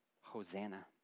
Hosanna